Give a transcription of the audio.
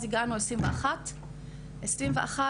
אז הגענו לשנת 2021. בשנת